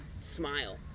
smile